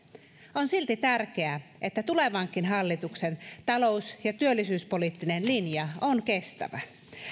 on silti tärkeää että tulevankin hallituksen talous ja työllisyyspoliittinen linja on kestävä